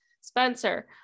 Spencer